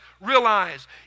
realize